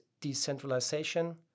decentralization